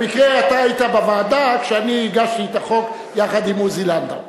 במקרה אתה היית בוועדה כשאני הגשתי את החוק יחד עם עוזי לנדאו.